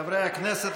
חברי הכנסת,